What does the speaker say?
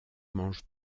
mangent